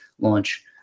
launch